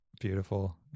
Beautiful